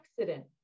accident